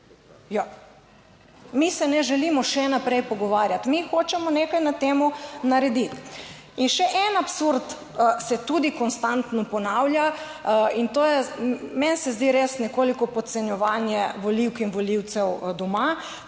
mi se ne želimo še naprej pogovarjati, mi hočemo nekaj na tem narediti. In še en absurd se tudi konstantno ponavlja in to je, meni se zdi res nekoliko podcenjevanje volivk in volivcev doma,